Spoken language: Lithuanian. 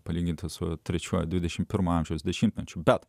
palyginti su trečiuoju dvidešim pirmo amžiaus dešimtmečiu bet